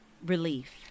Relief